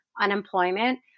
unemployment